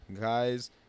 guys